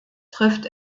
trifft